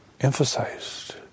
emphasized